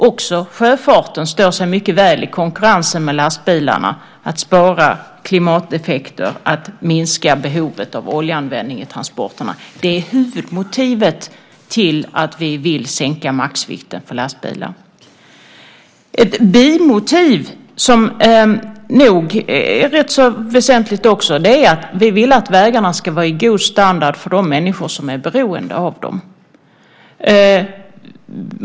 Också sjöfarten står sig mycket väl i konkurrensen med lastbilarna när det gäller att spara klimateffekter och att minska behovet av oljeanvändning i transporterna. Det är huvudmotivet till att vi vill sänka maxvikten för lastbilarna. Ett bimotiv som nog är rätt så väsentligt också är att vi vill att vägarna ska ha god standard för de människor som är beroende av dem.